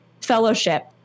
Fellowship